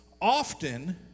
often